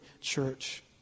church